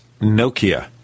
Nokia